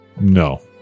No